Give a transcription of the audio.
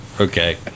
Okay